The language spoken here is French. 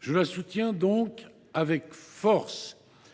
Je la soutiens donc avec force.